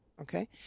Okay